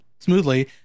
smoothly